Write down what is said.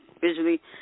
visually